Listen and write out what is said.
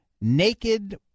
naked